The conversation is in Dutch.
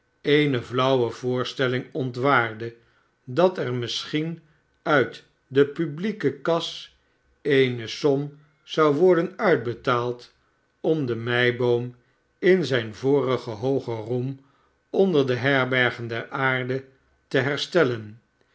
eene flauwe voorstelling ontwaarde dat er misschien uit de publieke kas eene som zou worden uitbetaald omde meiboom in zijn vorigen hoogen roem onder de herbergen der aarde te herstellen